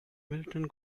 militant